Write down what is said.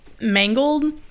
mangled